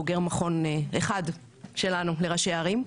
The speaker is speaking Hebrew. בוגר מכון אחד שלנו לראשי ערים.